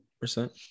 percent